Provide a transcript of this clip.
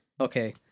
Okay